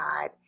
God